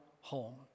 home